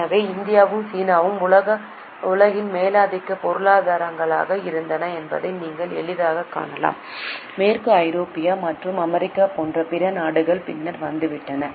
எனவே இந்தியாவும் சீனாவும் உலகின் மேலாதிக்க பொருளாதாரங்களாக இருந்தன என்பதை நீங்கள் எளிதாகக் காணலாம் மேற்கு ஐரோப்பா மற்றும் அமெரிக்கா போன்ற பிற நாடுகள் பின்னர் வந்துவிட்டன